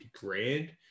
grand